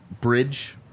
bridge